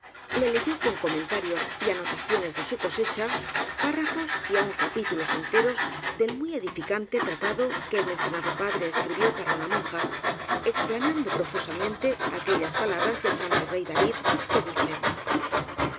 le leyó con comentarios y ano taciones de su cosecha párrafos y aun capítulos enteros del muy edificante tratado que el mencio nado padre escribió para una monja explanando profusamente aquellas palabras del santo rey da vid que dicen